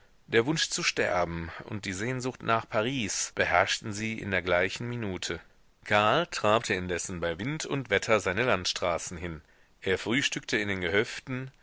der wunsch zu sterben und die sehnsucht nach paris beherrschten sie in der gleichen minute karl trabte indessen bei wind und wetter seine landstraßen hin er frühstückte in den gehöften